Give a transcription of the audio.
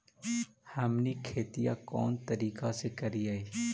हमनी खेतीया कोन तरीका से करीय?